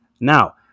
Now